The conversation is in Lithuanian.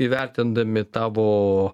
įvertindami tavo